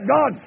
God